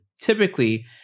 typically